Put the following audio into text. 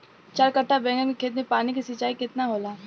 चार कट्ठा बैंगन के खेत में पानी के सिंचाई केतना होला?